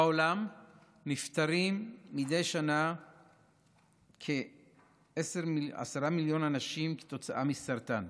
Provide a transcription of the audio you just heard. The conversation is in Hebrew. בעולם נפטרים מדי שנה כ-10 מיליון אנשים כתוצאה מסרטן.